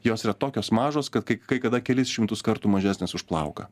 jos yra tokios mažos kad kai kai kada kelis šimtus kartų mažesnės už plauką